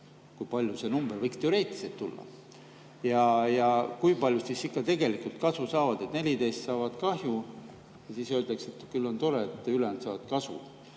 kui suur see number võiks teoreetiliselt tulla. Ja kui paljud siis ikka tegelikult kasu saavad? 14 saavad kahju ja siis öeldakse, et küll on tore, et ülejäänud saavad kasu.